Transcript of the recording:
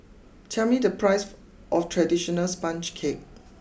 tell me the price for of traditional Sponge Cake